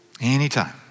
Anytime